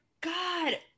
God